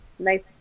Nice